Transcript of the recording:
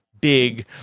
big